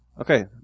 Okay